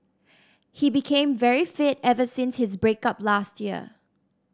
he became very fit ever since his break up last year